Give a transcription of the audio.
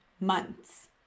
months